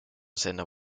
zinnen